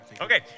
Okay